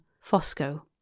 Fosco